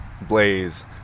Blaze